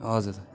हजुर